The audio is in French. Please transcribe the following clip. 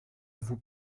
vous